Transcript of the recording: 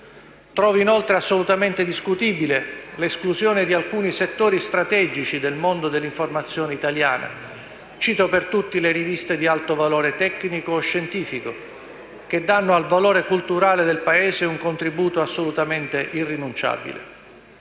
Trovo, inoltre, assolutamente discutibile l'esclusione di alcuni settori strategici del mondo dell'informazione italiana: cito, per tutti, le riviste di alto valore tecnico o scientifico, che danno al valore culturale del Paese un contributo assolutamente irrinunciabile.